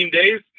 days